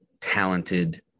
talented